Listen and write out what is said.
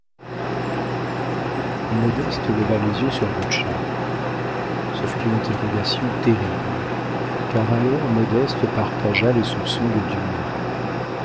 modeste leva les yeux sur butscha ce fut une interrogation terrible car alors modeste partagea les soupçons de